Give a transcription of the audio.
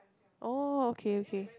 oh okay okay